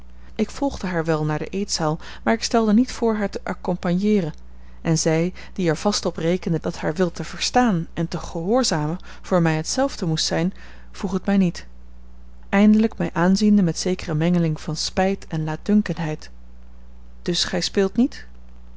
ik volgde haar wel naar de eetzaal maar ik stelde niet voor haar te accompagneeren en zij die er vast op rekende dat haar wil te verstaan en te gehoorzamen voor mij hetzelfde moest zijn vroeg het mij niet eindelijk mij aanziende met zekere mengeling van spijt en laatdunkendheid dus speelt gij niet